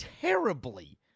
terribly